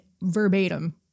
verbatim